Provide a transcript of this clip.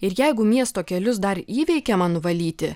ir jeigu miesto kelius dar įveikiama nuvalyti